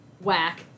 Whack